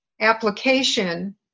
application